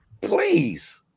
please